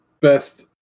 best